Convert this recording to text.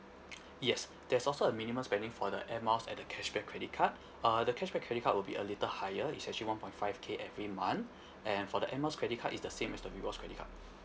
yes there's also a minimum spending for the Air Miles and the cashback credit card uh the cashback credit card will be a little higher it's actually one point five K every month and for the Air Miles credit card it's the same as the rewards credit card